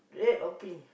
red or pink